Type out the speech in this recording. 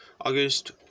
August